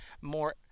more